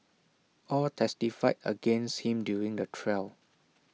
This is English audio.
all testified against him during the trial